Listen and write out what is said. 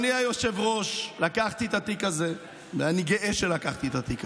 חברת הכנסת פרידמן, קריאה שלישית.